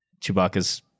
Chewbacca's